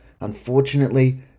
Unfortunately